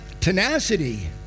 tenacity